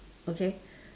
okay